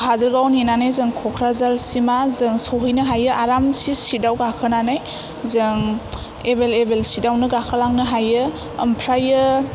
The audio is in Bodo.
काजलगाव नेनानै जों कक्राझारसिमा जों सहैनो हायो आरामसे चिटयाव गाखोनानै जों एभेलेबेल चिटयावनो गाखोलांनो हायो ओमफ्रायो